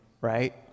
right